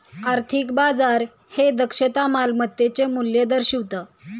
आर्थिक बाजार हे दक्षता मालमत्तेचे मूल्य दर्शवितं